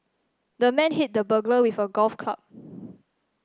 the man hit the burglar with a golf club